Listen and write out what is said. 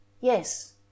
Yes